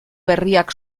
berriak